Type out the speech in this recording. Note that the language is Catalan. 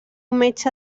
metge